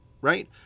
right